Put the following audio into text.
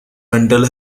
mental